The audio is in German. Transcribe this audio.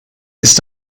ist